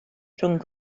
rhwng